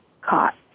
caught